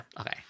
okay